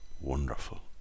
wonderful